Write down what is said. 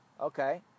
Okay